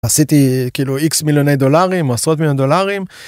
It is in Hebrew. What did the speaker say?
עשיתי כאילו x מיליוני דולרים עשרות מיליון דולרים.